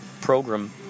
program